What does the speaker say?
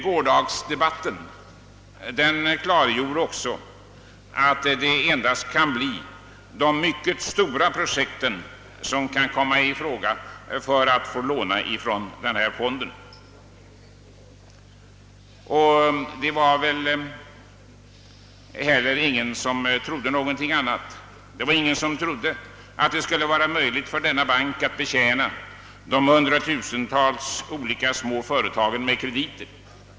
Gårdagsdebatten klargjorde också att endast de mycket stora projekten kan komma i fråga för att få låna från denna fond. Det var väl heller ingen som trodde att det skulle vara möjligt för denna bank att betjäna de hundratusentals olika små företagen med krediter.